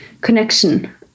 connection